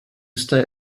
stay